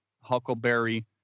huckleberry